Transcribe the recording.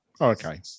okay